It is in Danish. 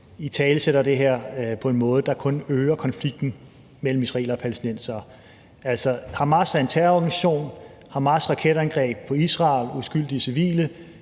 italesætter det her på en måde, der kun øger konflikten mellem israelere og palæstinensere. Hamas er en terrororganisation, raketangreb fra Hamas' side på Israel, på uskyldige civile